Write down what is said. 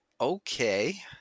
Okay